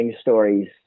stories